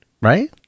right